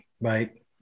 Right